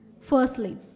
firstly